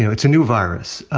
it's a new virus.